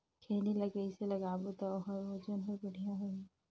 खैनी ला कइसे लगाबो ता ओहार वजन हर बेडिया होही?